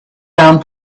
round